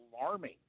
alarming